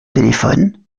téléphone